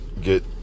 get